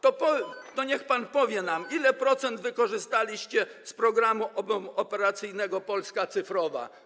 To niech pan nam powie, ile procent wykorzystaliście z Programu Operacyjnego „Polska cyfrowa”